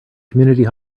community